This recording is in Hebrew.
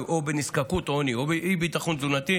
או בנזקקות או עוני או באי-ביטחון תזונתי,